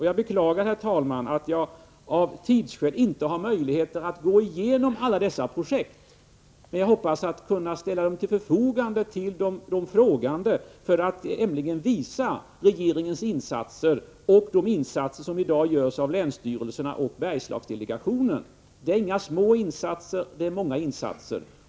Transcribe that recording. Jag beklagar, herr talman, att jag av tidsskäl inte har möjligheter att gå igenom alla projekten. Jag hoppas emellertid kunna ställa uppgifter till förfogande för de frågande för att visa vilka insatser regeringen gör och vilka insatser som i dag görs av länsstyrelserna och av Bergslagsdelegationen. Det är inga små insatser — och det är många insatser.